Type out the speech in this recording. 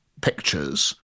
pictures